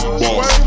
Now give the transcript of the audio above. boss